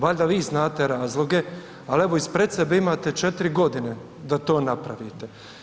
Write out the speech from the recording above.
Valjda vi znate razloge, ali evo ispred sebe imate 4 godine da to napravite.